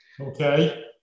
Okay